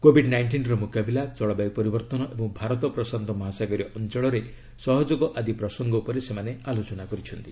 Covid ନାଇଷ୍ଟିନ୍ର ମୁକାବିଲା ଜଳବାୟୁ ପରିବର୍ତ୍ତନ ଏବଂ ଭାରତ ପ୍ରଶାନ୍ତ ମହାସାଗରୀୟ ଅଞ୍ଚଳରେ ସହଯୋଗ ଆଦି ପ୍ରସଙ୍ଗ ଉପରେ ସେମାନେ ଆଲୋଚନା କରିଛନ୍ତି